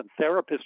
therapists